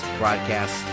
broadcast